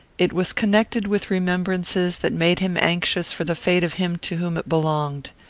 it was connected with remembrances that made him anxious for the fate of him to whom it belonged.